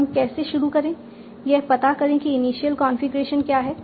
हम कैसे शुरू करें यह पता करें कि इनिशियल कॉन्फ़िगरेशन क्या है